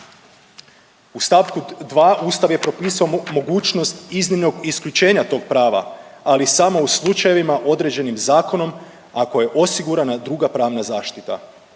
U st. 2. Ustav je propisao mogućnost iznimnog isključenja tog prava ali samo u slučajevima određenim zakonom ako je osigurana druga pravna zaštita.